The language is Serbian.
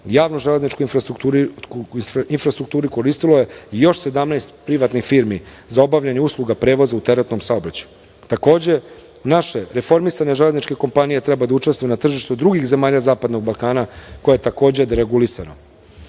javnoželezničku infrastrukturu koristilo je još 17 privatnih firmi za obavljanje usluga prevoza u teretnom saobraćaju. Takođe, naše reformisane železničke kompanije treba da učestvuju na tržištu drugih zemalja Zapadnog Balkana koje je takođe deregulisano. Kroz